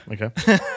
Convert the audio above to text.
Okay